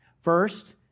First